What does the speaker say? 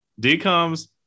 DComs